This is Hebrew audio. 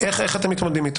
איך אתם מתמודדים איתו.